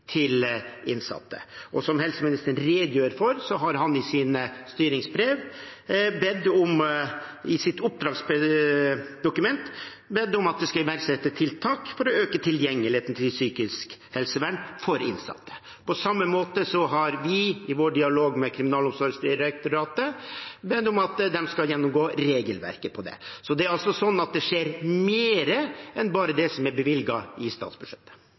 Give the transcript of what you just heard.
til innsatte. Og som helseministeren har redegjort for, har han i sitt oppdragsdokument bedt om at det iverksettes tiltak for å øke tilgjengeligheten til psykisk helsevern for innsatte. På samme måte har vi i vår dialog med Kriminalomsorgsdirektoratet bedt om at de gjennomgår regelverket for det. Det skjer altså mer enn bare det som man ser av bevilgningene i statsbudsjettet.